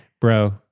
bro